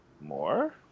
more